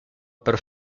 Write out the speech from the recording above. per